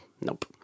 nope